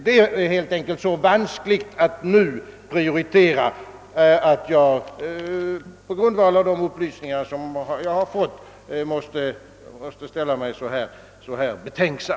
Det är så vanskligt att nu prioritera, att jag på grundval av de upplysningar jag fått måste ställa mig så här betänksam.